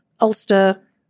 Ulster